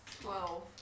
Twelve